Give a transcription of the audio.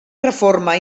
reforma